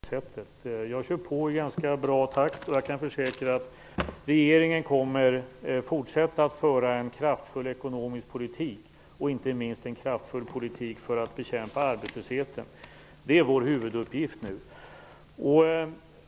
Herr talman! Lars Bäckström tycker att jag har kört i diket. Jag måste säga att jag inte alls upplever det så. Jag kör på i ganska bra takt, och jag kan försäkra att regeringen kommer att fortsätta att föra en kraftfull ekonomisk politik, inte minst för att bekämpa arbetslösheten. Det är vår huvuduppgift nu.